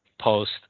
post